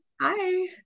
hi